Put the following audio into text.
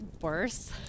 worse